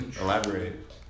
Elaborate